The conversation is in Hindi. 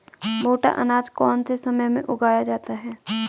मोटा अनाज कौन से समय में उगाया जाता है?